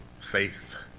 Faith